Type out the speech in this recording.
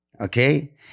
okay